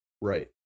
right